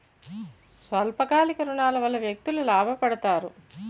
స్వల్ప కాలిక ఋణాల వల్ల వ్యక్తులు లాభ పడతారు